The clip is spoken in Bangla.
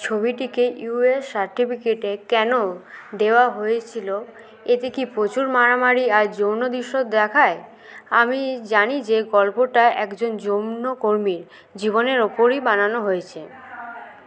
ছবিটিকে ইউ এস সার্টিফিকেটে কেন দেওয়া হয়েছিলো এতে কি প্রচুর মারামারি আর যৌন দৃশ্য দেখায় আমি জানি যে গল্পটা একজন জমন কর্মীর জীবনের ওপরই বানানো হয়েছে